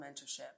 mentorship